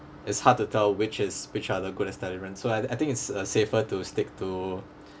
it's hard to tell which is which are the good establishment so I I think it's uh safer to stick to